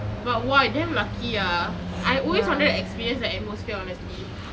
but !wah! damn lucky ah I always wanted to experience the atmosphere honest